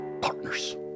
partners